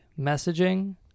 Messaging